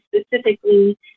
specifically